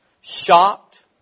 Shocked